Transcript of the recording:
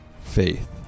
faith